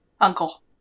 Uncle